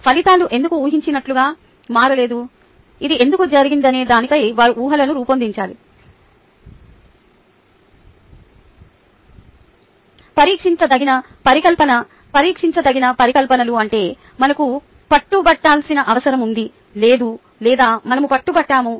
ఫలితాలు ఎందుకు ఊహించినట్లుగా మారలేదు ఇది ఎందుకు జరిగిందనే దానిపై వారు ఊహలను రూపొందించాలి పరీక్షించదగిన పరికల్పన పరీక్షించదగిన పరికల్పనలు అంటే మనకు పట్టుబట్టాల్సిన అవసరం ఉంది లేదా మేము పట్టుబట్టాము